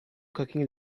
cooking